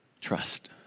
trust